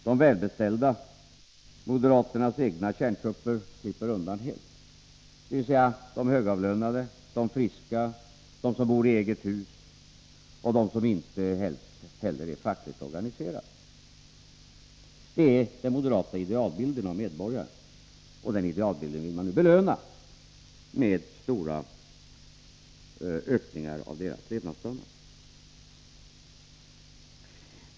De välbeställda, moderaternas egna kärntrupper, slipper undan helt — det är de högavlönade, de friska, de som bor i eget hus och de som inte heller är fackligt organiserade. Det är den moderata idealbilden av medborgarna, och den idealbilden vill man nu belöna med stora ökningar av deras levnadsstandard.